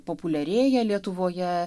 populiarėja lietuvoje